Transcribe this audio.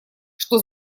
что